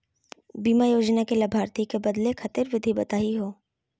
बीमा योजना के लाभार्थी क बदले खातिर विधि बताही हो?